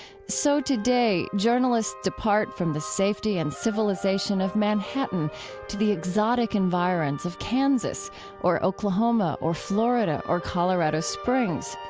so today journalists depart from the safety and civilization of manhattan to the exotic environs of kansas or oklahoma or florida or colorado springs.